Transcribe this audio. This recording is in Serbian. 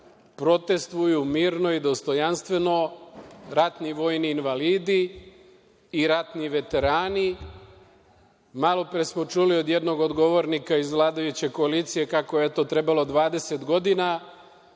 140 dana mirno i dostojanstveno protestvuju ratni vojni invalidi i ratni veterani. Malopre smo čuli od jednog govornika iz vladajuće koalicije kako je trebalo 20 godina